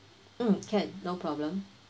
mm can no problem